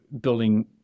building